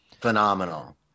phenomenal